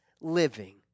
living